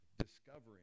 discovering